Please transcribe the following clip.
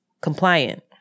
compliant